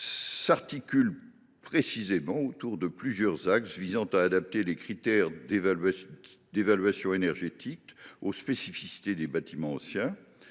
s’articule précisément autour de plusieurs axes visant à adapter les critères d’évaluation énergétique aux spécificités des bâtiments anciens.